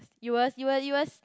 you was you were you was